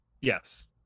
Yes